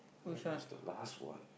this is the last one